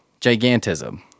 Gigantism